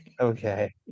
Okay